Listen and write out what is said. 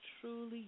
truly